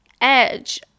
edge